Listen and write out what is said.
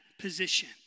position